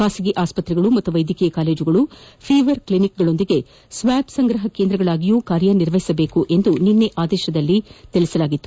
ಖಾಸಗಿ ಆಸ್ಪತ್ರೆಗಳು ಹಾಗೂ ವೈದ್ಯಕೀಯ ಕಾಲೇಜುಗಳು ಫೀವರ್ ಕ್ಲಿನಿಕ್ಗಳೊಂದಿಗೆ ಸ್ವಾ ಬ್ ಸಂಗ್ರಹ ಕೇಂದ್ರಗಳಾಗಿಯೂ ಕಾರ್ಯನಿರ್ವಹಿಸುವಂತೆ ನಿನ್ನೆ ಆದೇಶ ನೀಡಲಾಗಿತ್ತು